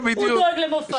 הוא דואג למופעים,